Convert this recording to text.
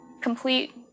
complete